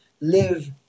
live